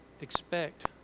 expect